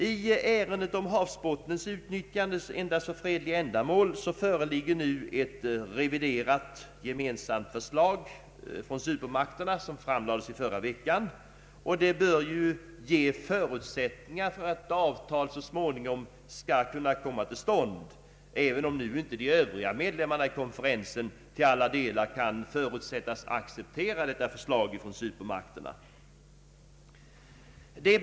I ärendet om havsbottnens utnyttjande endast för fredliga ändamål föreligger nu ett reviderat gemensamt förslag från supermakterna, och det bör ge förutsättningar för att ett avtal så småningom skall kunna komma till stånd, även om övriga medlemmar i konferensen inte kan till alla delar förutsättas acceptera supermakternas förslag.